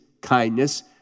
kindness